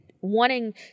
wanting